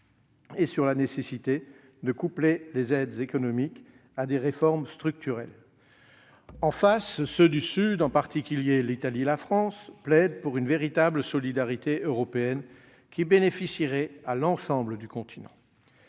et la nécessité de coupler les aides économiques à des réformes structurelles. En face, ceux du Sud, en particulier l'Italie et la France, plaident pour une véritable solidarité européenne, qui bénéficierait à l'ensemble du continent.